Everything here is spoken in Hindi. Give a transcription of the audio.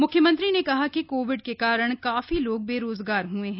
मुख्यमंत्री ने कहा कि कोविड के कारण काफी लोग बेरोजगार हुए हैं